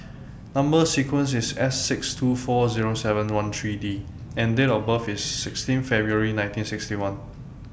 Number sequence IS S six two four Zero seven one three D and Date of birth IS sixteen February nineteen sixty one